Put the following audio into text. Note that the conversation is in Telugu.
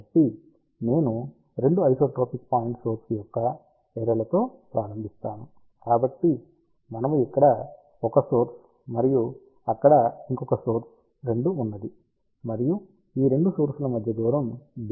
కాబట్టి నేను 2 ఐసోట్రోపిక్ పాయింట్ సోర్స్ యొక్క అర్రే లతో ప్రారంభిస్తాను కాబట్టి మనము ఇక్కడ ఒక సోర్స్ మరియు అక్కడ ఇంకొక సోర్స్ 2 ఉన్నది మరియు ఈ రెండు 2 సోర్సుల మధ్య దూరం d2